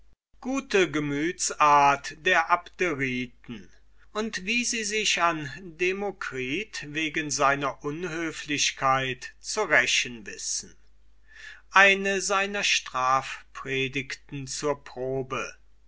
gute gemütsart der abderiten und wie sie sich an dem philosophen demokritus wegen seiner unhöflichkeit zu rächen wissen eine seiner strafpredigten zur probe